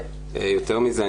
יותר מזה,